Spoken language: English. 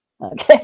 Okay